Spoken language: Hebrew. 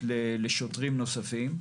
לשוטרים נוספים,